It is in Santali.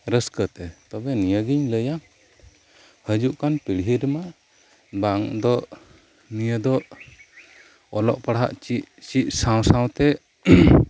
ᱨᱟᱹᱥᱠᱟᱹ ᱛᱮ ᱛᱚᱵᱮ ᱱᱤᱭᱟᱹ ᱜᱮᱧ ᱞᱟᱹᱭᱟ ᱦᱤᱡᱩᱜ ᱠᱟᱱ ᱯᱤᱲᱦᱤ ᱨᱮᱢᱟ ᱵᱟᱝ ᱫᱚ ᱱᱤᱭᱟᱹ ᱫᱚ ᱚᱞᱚᱜ ᱯᱟᱲᱦᱟᱣ ᱪᱮᱫ ᱥᱟᱶ ᱥᱟᱶᱛᱮ